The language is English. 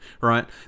right